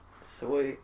Sweet